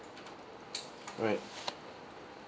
alright